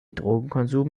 drogenkonsum